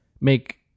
make